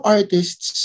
Artists